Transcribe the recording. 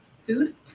food